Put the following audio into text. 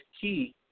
key